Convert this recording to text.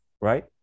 Right